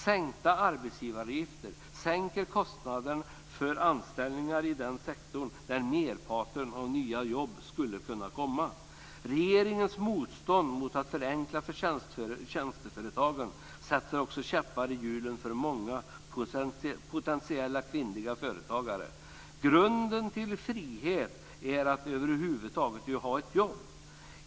Sänkta arbetsgivaravgifter sänker kostnaderna för anställningar i den sektor där merparten av de nya jobben skulle tillskapas. Regeringens motstånd mot att förenkla för tjänsteföretagen sätter också käppar i hjulen för många potentiella kvinnliga företagare. Grunden till frihet är att över huvud taget ha ett jobb.